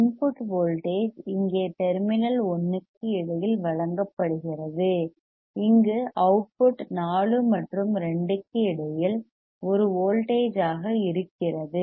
input voltage இங்கே terminal 1 க்கு இடையில் வழங்கப்படுகிறது இங்கு அவுட்புட் 4 மற்றும் 2 க்கு இடையில் ஒரு வோல்டேஜ் ஆக இருக்கிறது